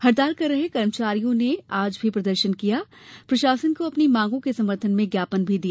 हड़ताल कर रहे कर्मचारियों ने आज भी प्रदर्शन किया और प्रशासन को अपनी मांगों के समर्थन में ज्ञापन दिया